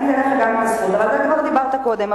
אני אתן לך גם, אבל אתה כבר דיברת קודם.